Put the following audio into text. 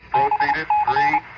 i